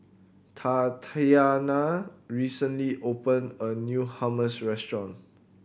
Tatianna recently opened a new Hummus Restaurant